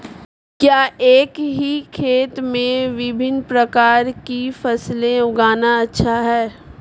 क्या एक ही खेत में विभिन्न प्रकार की फसलें उगाना अच्छा है?